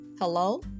hello